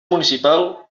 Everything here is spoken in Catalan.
municipal